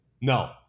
No